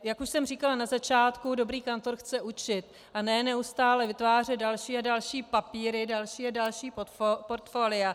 Jak už jsem říkala na začátku, dobrý kantor chce učit a ne neustále vytvářet další a další papíry, další a další portfólia.